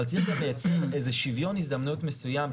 אבל צריך גם לייצר איזה שוויון הזדמנויות מסוים,